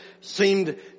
seemed